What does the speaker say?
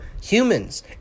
humans